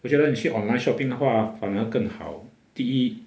我觉得你去 online shopping 的话反而更好第一